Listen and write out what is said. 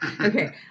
Okay